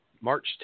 March